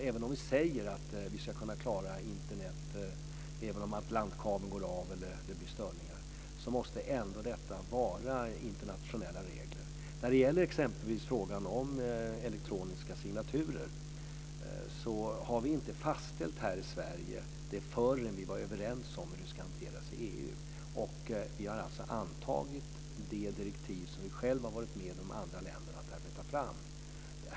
Även om vi säger att vi ska kunna klara Internet trots att Atlantkabeln går av eller det blir störningar måste det finnas internationella regler. Exempelvis detta med elektroniska signaturer har vi inte fastställt här i Sverige förrän vi varit överens om hur det ska hanteras i EU. Vi har alltså i denna kammare antagit det direktiv som vi själva, i samarbete med andra länder, har arbetat fram.